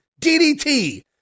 DDT